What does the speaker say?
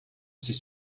ces